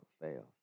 fail